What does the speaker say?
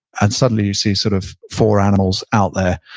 and suddenly you see sort of four animals out there,